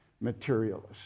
materialist